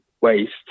waste